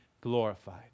glorified